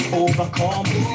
overcome